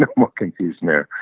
ah more confusion there.